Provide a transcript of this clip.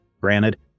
Granted